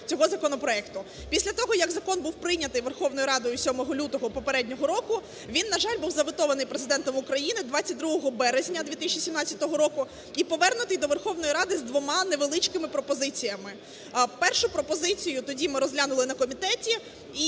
Після того, як закон був прийнятий Верховною Радою 7 лютого попереднього року, він, на жаль, був заветований Президентом України 22 березня 2017 року і повернутий до Верховної Ради з двома невеличкими пропозиціями. Першу пропозицію тоді ми розглянули на комітеті,